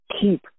keep